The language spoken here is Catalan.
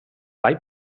ball